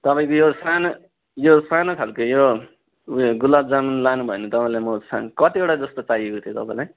तपाईँको यो सानो यो सानो खाल्को यो ऊ यो गुलाबजामुन लानुभयो भने तपाईँलाई म सम् कतिवटा जस्तो चाहिएको थियो तपाईँलाई